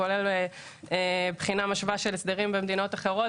כולל בחינה משווה של הסדרים במדינות אחרות,